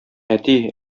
әти